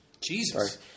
Jesus